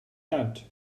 doubt